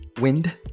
wind